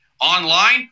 online